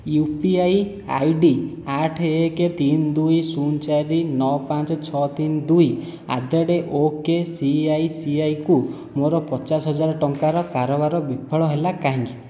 you P I I D ଆଠ ଏକ ତିନି ଦୁଇ ଶୂନ ଚାରି ନଅ ପାଞ୍ଚ ଛଅ ତିନି ଦୁଇ ଆଟ୍ ଦ ରେଟ୍ ଓକେସିଆଇସିଆଇକୁ ମୋର ପଚାଶ ହଜାର ଟଙ୍କାର କାରବାର ବିଫଳ ହେଲା କାହିଁକି